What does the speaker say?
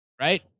Right